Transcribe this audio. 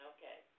Okay